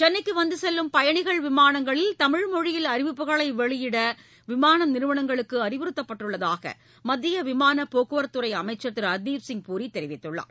சென்னைக்கு வந்து செல்லும் பயணிகள் விமானங்களில் தமிழ் மொழியில் அறிவிப்புகளை வெளியிட விமான நிறுவனங்களுக்கு அறிவுறுத்தப்பட்டுள்ளதாக மத்திய விமானப் போக்குவரத்துத் துறை அமைச்சர் திரு ஹர்தீப்சிய் பூரி தெரிவித்துள்ளார்